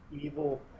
evil